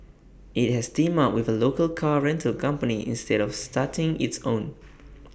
IT has teamed up with A local car rental company instead of starting its own